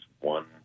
one